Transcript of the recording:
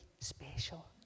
special